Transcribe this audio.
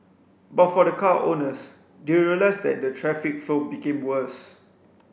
but for the car owners they realised that the traffic flow became worse